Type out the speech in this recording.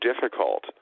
difficult